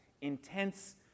intense